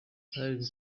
hari